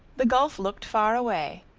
the gulf looked far away,